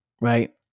Right